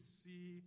see